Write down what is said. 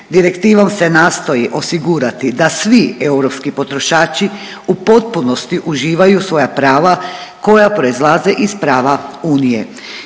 Direktivom se nastoji osigurati da svi europski potrošači u potpunosti uživaju svoja prava koja proizlaze iz prava Unije.